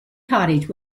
cottage